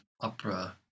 opera